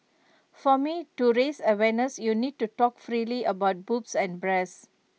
for me to raise awareness you need to talk freely about boobs and breasts